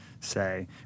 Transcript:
say